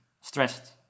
stressed